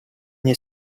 your